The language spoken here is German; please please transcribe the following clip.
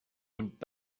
und